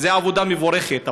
וזו עבודה מבורכת,